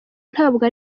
ntabwo